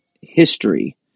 history